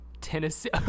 Tennessee